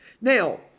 Now